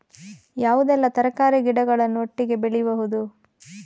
ಯಾವುದೆಲ್ಲ ತರಕಾರಿ ಗಿಡಗಳನ್ನು ಒಟ್ಟಿಗೆ ಬೆಳಿಬಹುದು?